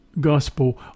Gospel